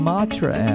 Matra